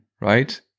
right